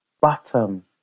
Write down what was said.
bottom